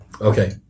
Okay